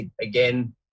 again